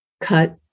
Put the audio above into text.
cut